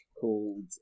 called